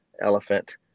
elephant